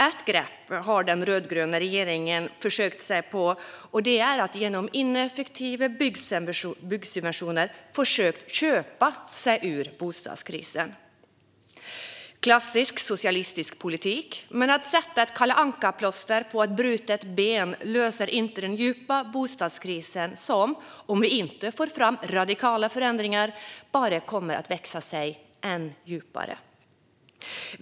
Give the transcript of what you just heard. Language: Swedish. Ett grepp som den rödgröna regeringen försökt sig på är att genom ineffektiva byggsubventioner köpa sig ur bostadskrisen. Det är klassisk socialistisk politik. Att sätta ett Kalle Anka-plåster på ett brutet ben löser dock inte den djupa bostadskrisen, som om vi inte får fram radikala förändringar bara kommer att bli än djupare.